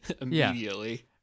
immediately